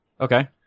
Okay